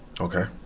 okay